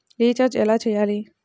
Recharge ఎలా చెయ్యాలి?